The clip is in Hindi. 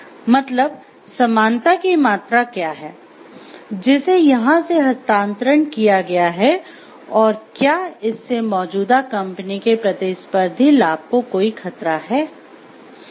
मतलब समानता की मात्रा क्या है जिसे यहाँ से हस्तांतरण किया गया है और क्या इससे मौजूदा कंपनी के प्रतिस्पर्धी लाभ को कोई खतरा है